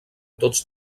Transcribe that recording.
tots